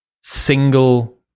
single